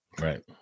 Right